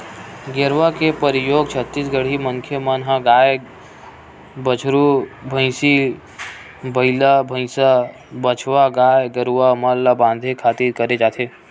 गेरवा के परियोग छत्तीसगढ़िया मनखे मन ह गाय, बछरू, भंइसी, बइला, भइसा, बछवा गाय गरुवा मन ल बांधे खातिर करे जाथे